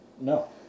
No